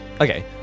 Okay